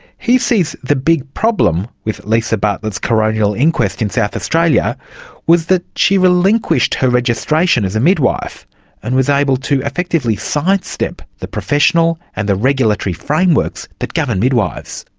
he sees the big problem with lisa bartlett's coronial inquest in south australia was that she relinquished her registration as a midwife and was able to effectively sidestep the professional and the regulatory frameworks that govern midwives.